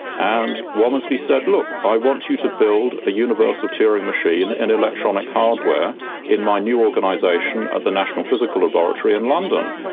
and womersley said, look, i want you to build a universal turing machine in electronic hardware in my new organisation at the national physical laboratory in london.